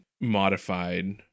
modified